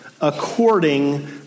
according